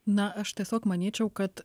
na aš tiesiog manyčiau kad